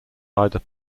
either